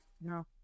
no